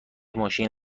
ماشین